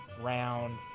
round